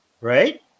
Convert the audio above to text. right